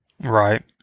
Right